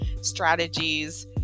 strategies